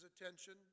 attention